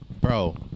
bro